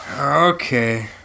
Okay